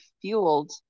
fueled